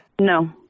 No